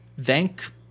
thank